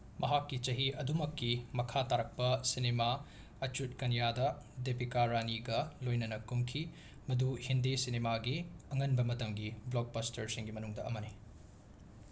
ꯃꯍꯥꯛꯀꯤ ꯆꯍꯤ ꯑꯗꯨꯃꯛꯀꯤ ꯃꯈꯥ ꯇꯔꯛꯄ ꯁꯤꯅꯦꯃꯥ ꯑꯆꯨꯠ ꯀꯟꯌꯥꯗ ꯗꯦꯄꯤꯀꯥ ꯔꯥꯅꯤꯒ ꯂꯣꯏꯅꯅ ꯀꯨꯝꯈꯤ ꯃꯗꯨ ꯍꯤꯟꯗꯤ ꯁꯤꯅꯦꯃꯥꯒꯤ ꯑꯉꯟꯕ ꯃꯇꯝꯒꯤ ꯕ꯭ꯂꯣꯛꯕꯁꯇꯔꯁꯤꯡꯒꯤ ꯃꯅꯨꯡꯗ ꯑꯃꯅꯤ